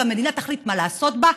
והמדינה תחליט מה לעשות בה,